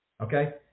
okay